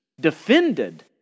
defended